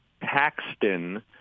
Paxton